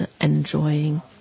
enjoying